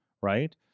right